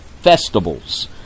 festivals